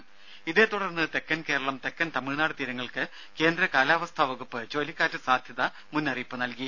ദേദ ഇതേതുടർന്ന് തെക്കൻ കേരളം തെക്കൻ തമിഴ്നാട് തീരങ്ങൾക്ക് കേന്ദ്ര കാലാവസ്ഥാ വകുപ്പ് ചുഴലിക്കാറ്റ് സാധ്യതാ മുന്നറിയിപ്പ് നൽകി